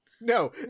no